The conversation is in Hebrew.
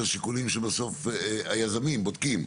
זה השיקולים שבסוף היזמים בודקים.